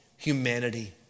humanity